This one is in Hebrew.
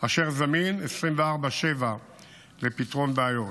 אשר זמין 24/7 לפתרון בעיות.